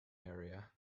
area